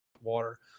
water